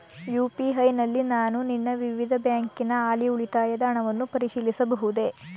UPI ನಲ್ಲಿ ನಾನು ನನ್ನ ವಿವಿಧ ಬ್ಯಾಂಕಿನ ಹಾಲಿ ಉಳಿತಾಯದ ಹಣವನ್ನು ಪರಿಶೀಲಿಸಬಹುದೇ?